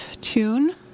tune